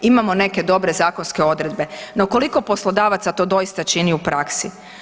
Imamo neke dobre zakonske odredbe no koliko poslodavaca to doista čini u praksi.